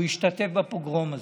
הוא השתתף בפוגרום הזה.